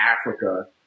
Africa